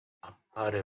appare